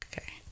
Okay